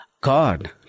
god